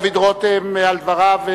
תודה רבה לדוד רותם על דבריו.